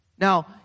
Now